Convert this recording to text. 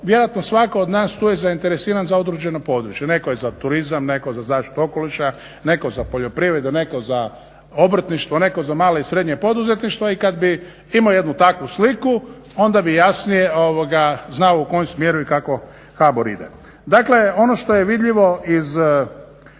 vjerojatno svatko od nas tu je zainteresiran za određeno područje. Netko je za turizam, netko za zaštitu okoliša, netko za poljoprivredu, neko za obrtništvo, netko za malo i srednje poduzetništvo i kada bi imao jednu takvu sliku onda bi jasnije znao u kom smjeru i kako HBOR ide. Dakle ono što je vidljivo iz